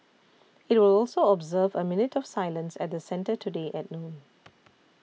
it will also observe a minute of silence at the centre today at noon